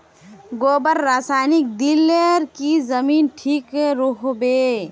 गोबर रासायनिक दिले की जमीन ठिक रोहबे?